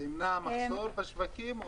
זה ימנע מחסור בשווקים?